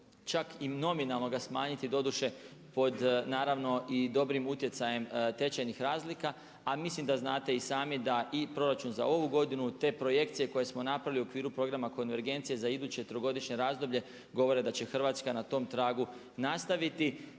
čak i nominalno ga smanjiti, doduše pod naravno i dobrim utjecajem tečajnih razlika. A mislim da znate i sami da i proračun za ovu godinu te projekcije koje smo napravili u okviru programa konvergencije za iduće trogodišnje razdoblje govore da će Hrvatska na tom tragu nastaviti,